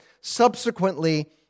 subsequently